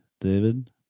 David